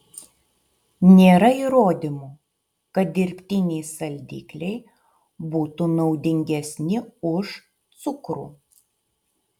nėra įrodymų kad dirbtiniai saldikliai būtų naudingesni už cukrų